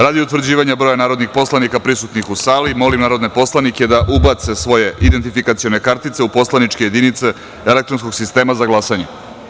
Radi utvrđivanja broja narodnih poslanika prisutnih u sali, molim narodne poslanike da ubace svoje identifikacione kartice u poslaničke jedinice elektronskog sistema za glasanje.